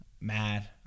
Mad